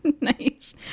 Nice